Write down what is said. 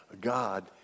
God